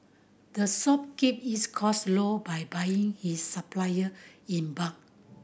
the shop keep its cost low by buying its supplier in bulk